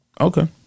Okay